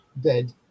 dead